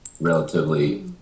relatively